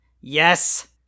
Yes